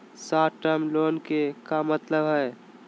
Short term loan के का मतलब हई?